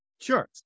Sure